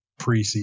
preseason